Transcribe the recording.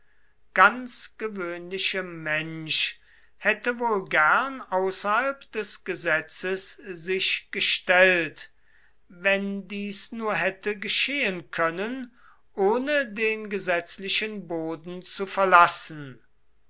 ganz gewöhnliche mensch hätte wohl gern außerhalb des gesetzes sich gestellt wenn dies nur hätte geschehen können ohne den gesetzlichen boden zu verlassen